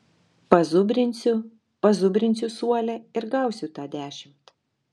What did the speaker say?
pazubrinsiu pazubrinsiu suole ir gausiu tą dešimt